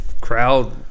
crowd